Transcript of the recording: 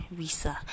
visa